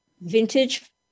vintage